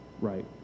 right